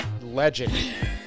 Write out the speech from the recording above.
Legend